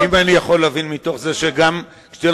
האם אני יכול להבין מתוך זה שגם כשתהיה